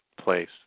place